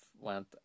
went